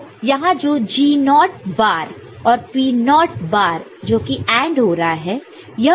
तो यहां जो G0 नॉट naught बार और P0 नॉट naught बार जोकि AND हो रहा है